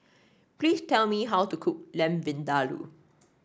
please tell me how to cook Lamb Vindaloo